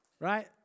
Right